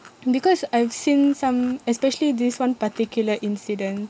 because I've seen some especially this one particular incident